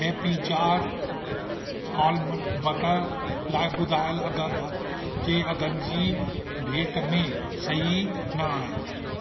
happy jar almond butter लाइ ॿुधायल अघि बा ज़ारि जे अघनि जी भेट में सही न आहे